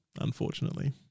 Unfortunately